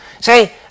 Say